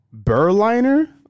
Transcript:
Burliner